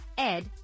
ed